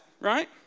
right